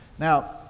Now